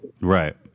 Right